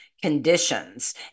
Conditions